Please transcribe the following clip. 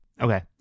Okay